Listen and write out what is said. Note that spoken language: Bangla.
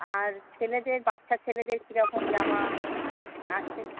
আর ছেলেদের বাচ্চা ছেলেদের কীরকম জামা আছে